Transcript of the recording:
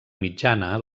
mitjana